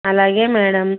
అలాగే మేడం